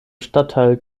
stadtteil